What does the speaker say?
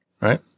right